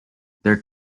their